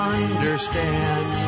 understand